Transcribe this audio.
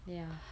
ya